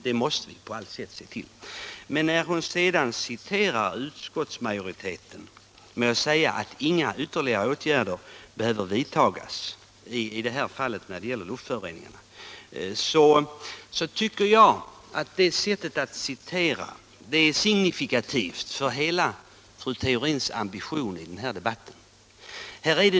Det måste vi på allt sätt se till. Men när fru Theorin sedan gör gällande att hon citerar utskottsmajoriteten, som skulle ha sagt att inga ytterligare åtgärder behöver vidtagas när det gäller luftföroreningarna, så tycker jag att det sättet att citera är signifikativt för hela fru Theorins ambition i den här debatten.